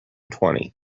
twenty